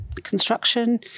construction